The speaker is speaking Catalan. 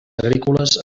agrícoles